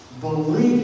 believe